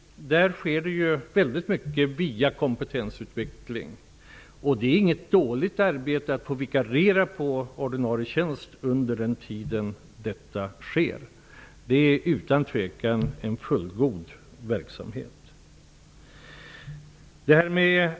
Där sker väldigt mycket via kompetensutveckling. Det är inget dåligt arbete att få vikariera på ordinarie tjänst under den tid detta sker. Det är utan tvivel en fullgod verksamhet.